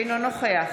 אינו נוכח